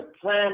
plan